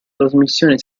trasmissione